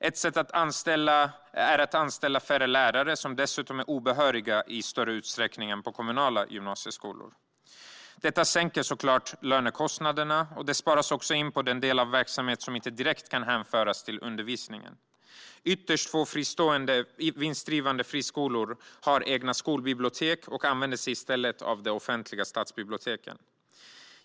Ett sätt är att anställa färre lärare, som dessutom är obehöriga i större utsträckning än på kommunala gymnasieskolor. Detta sänker såklart lönekostnaderna, och det sparas också in på den del av verksamheten som inte direkt kan hänföras till undervisningen. Ytterst få vinstdrivande friskolor har egna skolbibliotek. De använder sig i stället av de offentliga stadsbiblioteken.